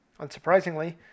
Unsurprisingly